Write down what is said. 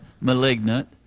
Malignant